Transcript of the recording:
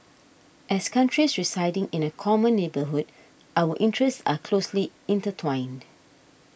as countries residing in a common neighbourhood our interests are closely intertwined